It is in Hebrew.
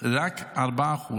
רק 4%,